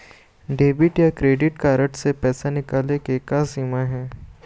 Debit या credit card से पैसा निकाले के का सीमा हे?